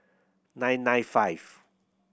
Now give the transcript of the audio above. nine nine five